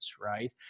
right